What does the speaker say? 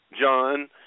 John